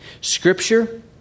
Scripture